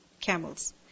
camels